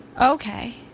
Okay